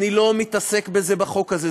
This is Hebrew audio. אני לא מתעסק בזה בחוק הזה.